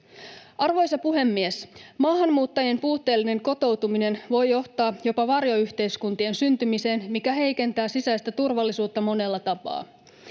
Arvoisa puhemies! Maahanmuuttajien puutteellinen kotoutuminen voi johtaa jopa varjoyhteiskuntien syntymiseen, mikä heikentää sisäistä turvallisuutta monella tapaa.